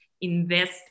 Invest